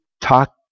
talk